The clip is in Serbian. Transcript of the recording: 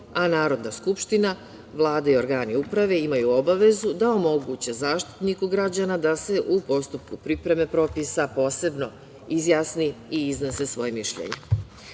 a Narodna skupština, Vlada i organi uprave imaju obavezu da omoguće Zaštitniku građana da se u postupku pripreme propisa posebno izjasne i iznesu svoj mišljenje. Želela